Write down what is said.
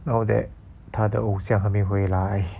now that 她的偶像还没回来